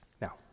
Now